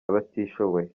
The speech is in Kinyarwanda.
abatishoboye